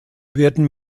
werden